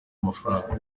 amafaranga